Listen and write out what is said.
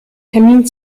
termin